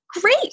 great